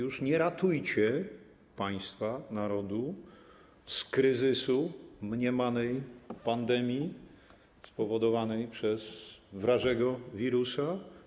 Już nie ratujcie państwa, narodu z kryzysu mniemanej pandemii spowodowanej przez wrażego wirusa.